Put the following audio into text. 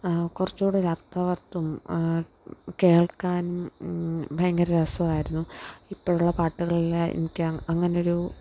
കുറച്ചൂടൊരർത്ഥവത്തും കേൾക്കാൻ ഭയങ്കര രസവായിരുന്നു ഇപ്പോഴുള്ള പാട്ടുകളിൽ എനിക്ക് അങ്ങ് അങ്ങനെയൊരു